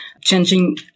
changing